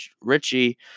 Richie